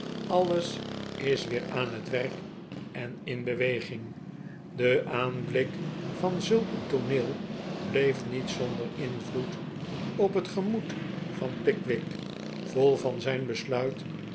alles is weer aan het werk en in beweging de aanblik van zulk een tooneel bleef niet zonder invloed op het gemoed van pickwick vol van zijn besluit